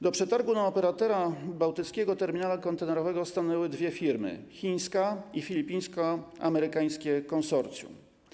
Do przetargu na operatora Bałtyckiego Terminala Kontenerowego stanęły dwie firmy: chińska i filipińsko-amerykańskie konsorcjum.